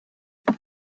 they